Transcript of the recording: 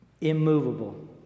immovable